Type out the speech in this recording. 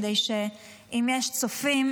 כדי שאם יש צופים,